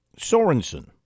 Sorensen